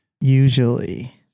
usually